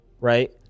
right